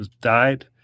died